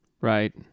Right